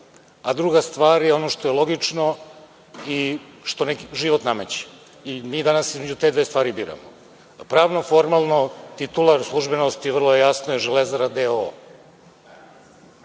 a druga stvar je ono što je logično i što život nameće. Mi danas između te dve stvari biramo. Pravno formalno, titular službenosti, vrlo jasno, je „Železara“